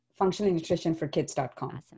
functionalnutritionforkids.com